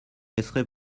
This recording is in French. laisserez